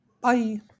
Bye